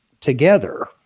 together